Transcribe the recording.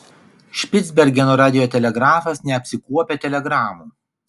špicbergeno radiotelegrafas neapsikuopia telegramų